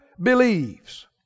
believes